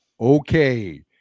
okay